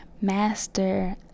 Master